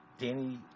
Danny